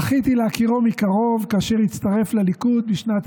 זכיתי להכירו מקרוב כאשר הצטרף לליכוד בשנת